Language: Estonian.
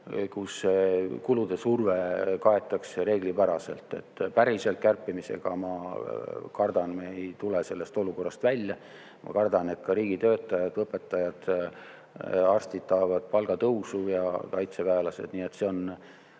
kulude surve kaetakse reeglipäraselt. Kärpimisega, ma kardan, me ei tule sellest olukorrast päris välja. Ma kardan, et ka riigitöötajad, õpetajad, arstid tahavad palgatõusu, ja kaitseväelased. Nii et see on